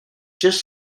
just